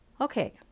okay